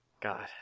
God